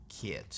kids